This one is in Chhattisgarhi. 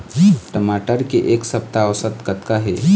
टमाटर के एक सप्ता औसत कतका हे?